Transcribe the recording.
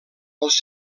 els